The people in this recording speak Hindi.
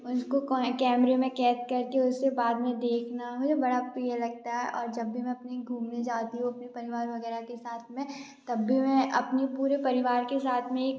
उनको कैमरे में कैद करके उसको बाद में देखना मुझे बड़ा प्रिय लगता है और जब भी मैं अपनी घूमने जाती हूँ अपने परिवार वगैरह के साथ में तब भी मैं अपने पूरे परिवार के साथ में